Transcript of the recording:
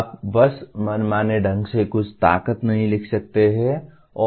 आप बस मनमाने ढंग से कुछ ताकत नहीं लिख सकते हैं और कुछ भी नहीं लिख सकते हैं